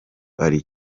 ari